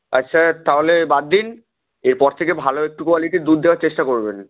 আচ্ছা তাহলে বাদ দিন এরপর থেকে ভালো একটু কোয়ালিটির দুধ দেওয়ার চেষ্টা করবেন